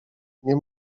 nie